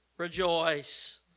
rejoice